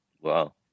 Wow